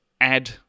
add